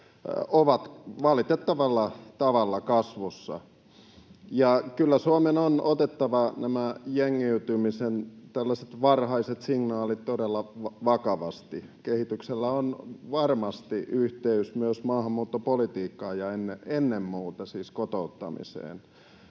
ovat valitettavalla tavalla kasvussa. Kyllä Suomen on otettava nämä tällaiset jengiytymisen varhaiset signaalit todella vakavasti. Kehityksellä on varmasti yhteys myös maahanmuuttopolitiikkaan ja ennen muuta siis kotouttamiseen,